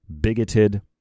bigoted